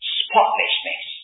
spotlessness